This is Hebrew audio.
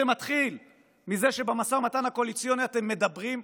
זה מתחיל מזה שבמשא ומתן הקואליציוני אתם מדברים,